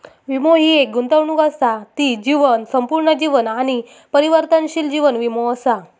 वीमो हि एक गुंतवणूक असा ती जीवन, संपूर्ण जीवन आणि परिवर्तनशील जीवन वीमो असा